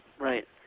Right